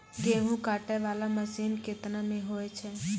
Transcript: गेहूँ काटै वाला मसीन केतना मे होय छै?